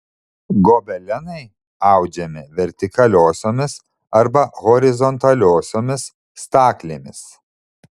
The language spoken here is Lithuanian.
gobelenai audžiami vertikaliosiomis arba horizontaliosiomis staklėmis